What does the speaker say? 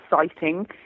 exciting